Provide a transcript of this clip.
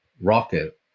rocket